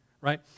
right